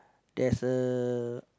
there's a